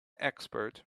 expert